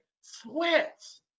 sweats